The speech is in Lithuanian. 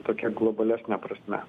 tokia globalesne prasme